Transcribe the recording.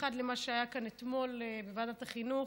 האחד, למה שהיה כאן אתמול בוועדת החינוך.